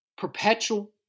perpetual